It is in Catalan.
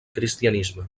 cristianisme